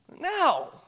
Now